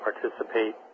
participate